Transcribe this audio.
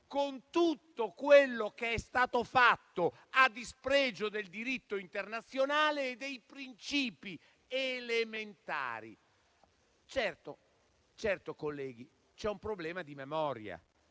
con tutto quello che è stato fatto a dispregio del diritto internazionale e di principi elementari. Certo, colleghi, c'è un problema serio di memoria.